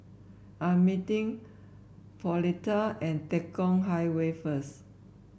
I'm meeting Pauletta at Tekong Highway first